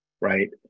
right